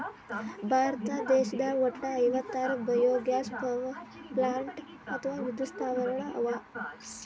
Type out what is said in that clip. ಭಾರತ ದೇಶದಾಗ್ ವಟ್ಟ್ ಐವತ್ತಾರ್ ಬಯೊಗ್ಯಾಸ್ ಪವರ್ಪ್ಲಾಂಟ್ ಅಥವಾ ವಿದ್ಯುತ್ ಸ್ಥಾವರಗಳ್ ಅವಾ